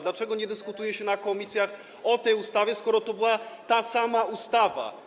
Dlaczego nie dyskutuje się w komisjach o tej ustawie, skoro to była ta sama ustawa?